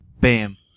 Bam